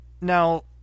Now